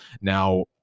Now